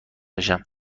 بشیم